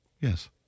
Yes